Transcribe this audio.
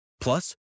Plus